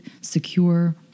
secure